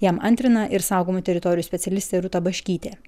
jam antrina ir saugomų teritorijų specialistė rūta baškytė